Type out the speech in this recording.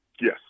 Yes